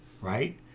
right